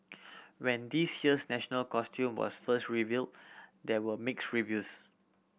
when this year's national costume was first reveal there were mix reviews